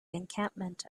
encampment